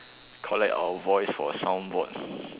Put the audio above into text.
collect our voice for soundboard